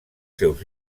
seus